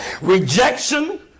Rejection